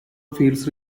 fields